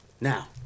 Now